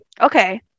okay